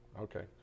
Okay